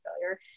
failure